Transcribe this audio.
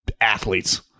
athletes